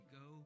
go